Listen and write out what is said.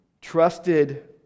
trusted